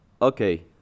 okay